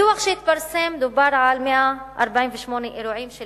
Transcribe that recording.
בדוח שהתפרסם דובר על 148 אירועים של